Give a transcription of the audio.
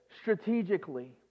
strategically